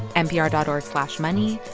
npr dot org slash money.